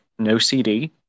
NoCD